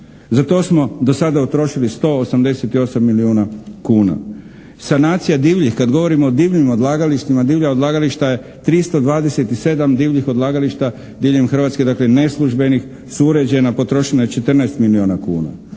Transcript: Za to smo do sada utrošili 188 milijuna kuna. Sanacija kad govorimo o divljim odlagalištima divlja odlagališta 327 divljih odlagališta diljem Hrvatske dakle neslužbenih su uređena, potrošeno je 14 milijuna kuna.